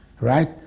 Right